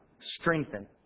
strengthen